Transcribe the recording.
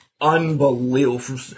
unbelievable